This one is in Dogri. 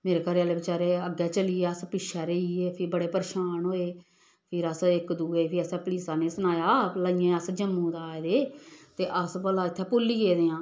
मेरे घरै आह्ले बेचारे अग्गें चली गे अस पिच्छै रेही गे फ्ही बड़े परेशान होए फिर अस इक दूए गी फ्ही असें पुलिसा आह्लें गी सनाया भला इ'यां अस जम्मू दा आए दे ते अस भला इत्थै भुल्ली गेदे आं